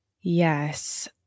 Yes